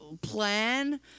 plan